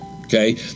okay